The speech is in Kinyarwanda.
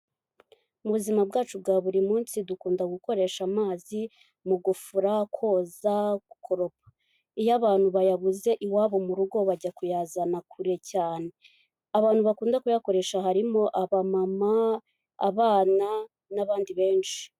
Mu buzima bwacu bwa buri munsi, dukunda gukoresha amazi, mu gufura, koza, gukoropa, iyo abantu bayabuze iwabo mu rugo bajya kuyazana kure cyane. Abantu bakunda kuyakoresha harimo abamama, abana n'abandi benshi.